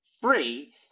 free